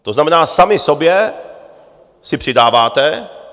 To znamená, sami sobě si přidáváte.